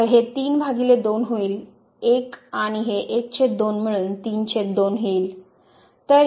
तर हे 3 बाय 2 होईल 1 आणि हे 12 मिळून 32 करेल